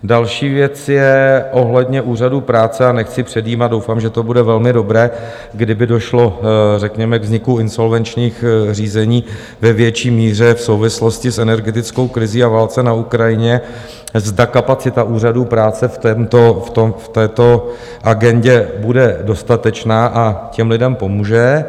Další věc je ohledně úřadů práce, a nechci předjímat, doufám, že to bude velmi dobré, kdyby došlo řekněme k vzniku insolvenčních řízení ve větší míře v souvislosti s energetickou krizí a válce na Ukrajině, zda kapacita úřadů práce v této agendě bude dostatečná a těm lidem pomůže.